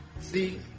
see